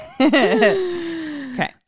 Okay